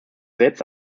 selbst